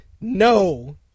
no